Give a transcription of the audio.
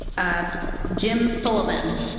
ah jim sullivan.